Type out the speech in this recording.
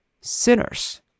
sinners